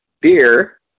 beer